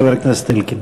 חבר הכנסת אלקין.